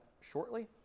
shortly